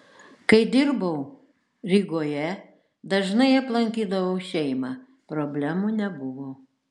kai dirbau rygoje dažnai aplankydavau šeimą problemų nebuvo